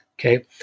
okay